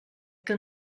que